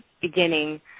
beginning